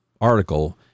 article